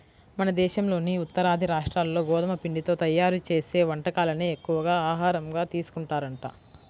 మన దేశంలోని ఉత్తరాది రాష్ట్రాల్లో గోధుమ పిండితో తయ్యారు చేసే వంటకాలనే ఎక్కువగా ఆహారంగా తీసుకుంటారంట